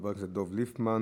חבר הכנסת דב ליפמן,